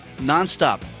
nonstop